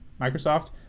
Microsoft